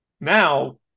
Now